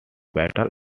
battle